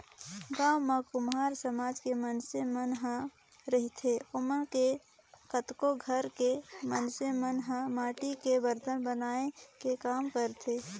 गाँव म कुम्हार समाज के मइनसे मन ह रहिथे ओमा के कतको घर के मइनस मन ह माटी के बरतन बनाए के काम करथे